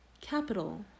Capital